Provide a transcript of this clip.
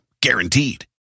Guaranteed